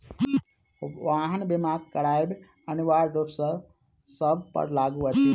वाहन बीमा करायब अनिवार्य रूप सॅ सभ पर लागू अछि